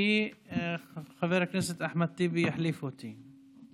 כי חבר הכנסת אחמד טיבי יחליף אותי.